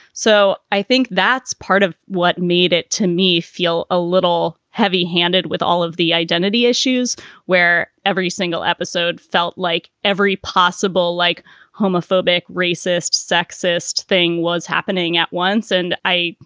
so i think that's part of what made it to me feel a little heavy handed with all of the identity issues where every single episode felt like every possible like homophobic, racist, sexist thing was happening at once. and i.